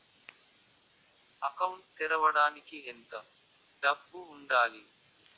Account తెరవడానికి ఎంత డబ్బు ఉండాలి?